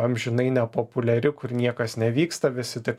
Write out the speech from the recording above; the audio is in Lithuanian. amžinai nepopuliari kur niekas nevyksta visi tik